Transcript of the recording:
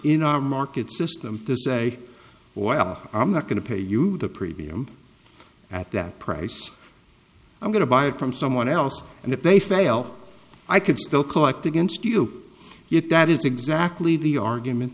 in our market system to say well i'm not going to pay you the preview at that price i'm going to buy it from someone else and if they fail i could still collect against you yet that is exactly the argument